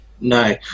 No